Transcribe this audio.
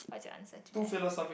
what's your answer to that